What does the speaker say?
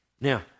Now